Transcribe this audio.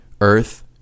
earth